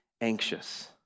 anxious